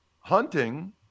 hunting